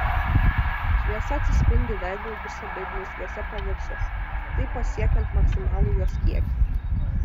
šviesa atsispindi veidrodžiuose bei blizgiuose paviršiuose taip pasiekiant maksimalų jos kiekį